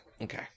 okay